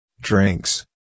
drinks